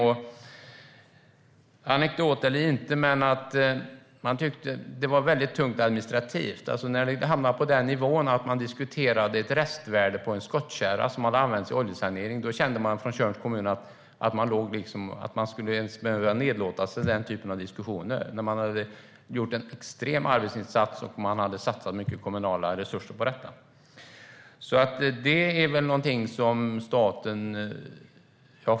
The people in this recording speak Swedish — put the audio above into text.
Det var väldigt tungt administrativt. När det hamnade på den nivån - jag vet inte om det är en anekdot eller inte - att det talades om ett restvärde på en skottkärra som hade använts vid oljesaneringen undrade Tjörns kommun om man skulle behöva nedlåta sig till den typen av diskussioner när man hade gjort en extrem arbetsinsats och satsat mycket kommunala resurser.